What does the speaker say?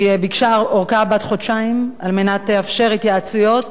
היא ביקשה ארכה בת חודשיים כדי לאפשר התייעצויות